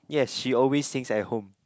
yes she always sings at home